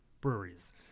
breweries